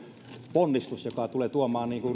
ponnistus joka tulee tuomaan